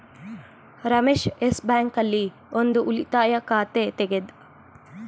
Ramesh Yes Bank ಆಲ್ಲಿ ಒಂದ್ ಉಳಿತಾಯ ಖಾತೆ ತೆಗೆದ